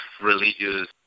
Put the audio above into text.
religious